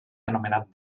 anomenat